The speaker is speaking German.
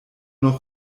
noch